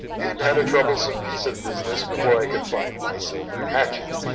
and had a troublesome piece of business before i could find my silver hatchet,